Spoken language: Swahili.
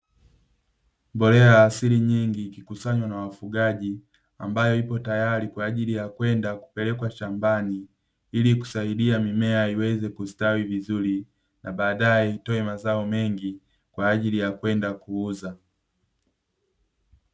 Mbolea ya asili nyingi ikikusanywa na wafugaji ambayo ipo tayari kwaajili ya kwenda kupelekwa shambani, ili kusaidia mimea iweze kustawi vizuri na baadae itoe mazao mengi kwaajili ya kwenda kuuza.